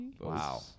Wow